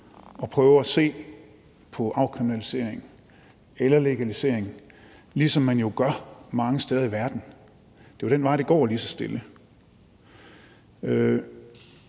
at prøve at se på afkriminalisering eller legalisering, ligesom man jo gør mange steder i verden. Det er jo den vej, det lige så stille